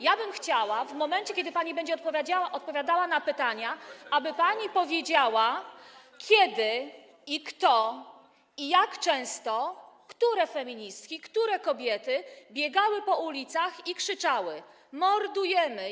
Ja bym chciała w momencie, kiedy pani będzie odpowiadała na pytania, aby pani powiedziała, kiedy, kto i jak często, które feministki, które kobiety biegały po ulicach i krzyczały: Mordujemy!